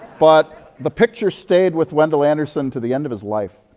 but the picture stayed with wendell anderson to the end of his life.